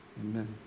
amen